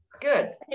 Good